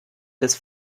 des